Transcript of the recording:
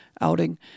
outing